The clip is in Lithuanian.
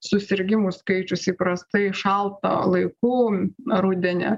susirgimų skaičius įprastai šaltą laiku rudenį